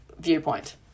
viewpoint